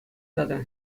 тата